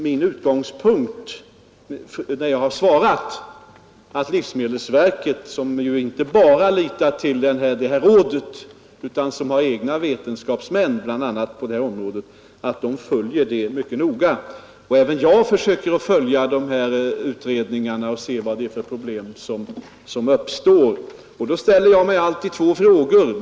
Min utgångspunkt i svaret är att livsmedelsverket, som inte bara litar till detta vetenskapliga råd utan har egna vetenskapsmän på detta område, mycket noga följer — även jag försöker göra det — dessa utredningar och noterar vilka problem som uppstår. Jag ställer mig då alltid två frågor.